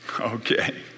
Okay